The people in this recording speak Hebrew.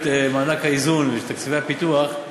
לגבי מענק האיזון לתקציבי הפיתוח,